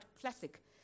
Classic